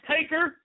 taker